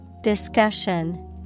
Discussion